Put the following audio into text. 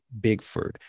Bigford